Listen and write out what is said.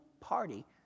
party